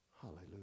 Hallelujah